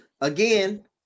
Again